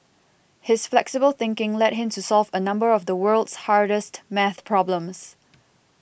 his flexible thinking led him to solve a number of the world's hardest math problems